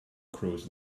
crows